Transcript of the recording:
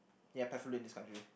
ya preferably this country